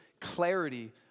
clarity